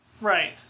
Right